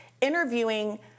interviewing